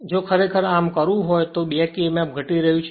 જો ખરેખર આમ કરવું હોય તો બેક Emf ઘટી રહ્યું છે